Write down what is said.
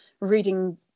reading